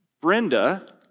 Brenda